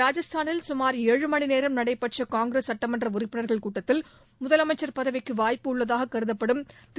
ராஜஸ்தானில் சுமார் ஏழு மணி நேரம் நடைபெற்ற காங்கிரஸ் சட்டமன்ற உறுப்பினர்கள் கூட்டத்தில் முதலமைச்சர் பதவிக்கு வாய்ப்புள்ளதாக கருதப்படும் திரு